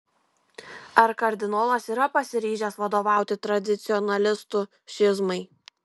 ar kardinolas yra pasiryžęs vadovauti tradicionalistų schizmai